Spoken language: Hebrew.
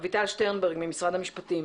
אביטל שטרנברג ממשרד המשפטים.